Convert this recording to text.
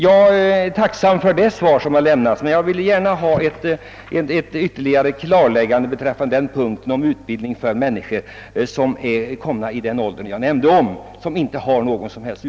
Jag är tacksam för det svar som har lämnats, men jag vill gärna ha ett ytterligare klarläggande i fråga om utbildningen för den speciella grupp som jag här åsyftar.